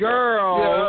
Girl